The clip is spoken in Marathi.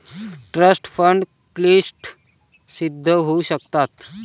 ट्रस्ट फंड क्लिष्ट सिद्ध होऊ शकतात